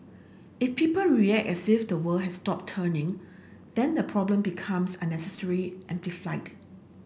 if people as if the world has stopped turning then the problem becomes unnecessary amplified